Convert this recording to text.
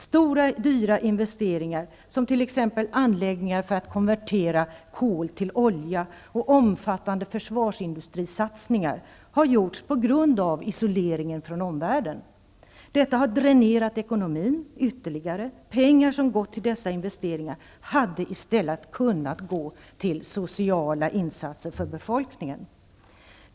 Stora dyra investeringar, t.ex. anläggningar för att konvertera kol till olja och omfattande försvarsindustrisatsningar, har gjorts på grund av isoleringen från omvärlden. Detta har dränerat ekonomin ytterligare. Pengar som gått till dessa investeringar hade i stället kunnat gå till sociala insatser för befolkningen.